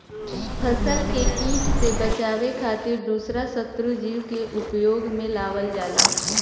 फसल के किट से बचावे खातिर दूसरा शत्रु जीव के उपयोग में लावल जाला